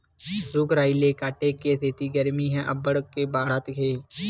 रूख राई ल काटे के सेती गरमी ह अब्बड़ के बाड़हत हे